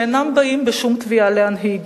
שאינם באים בשום תביעה להנהיג.